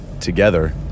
together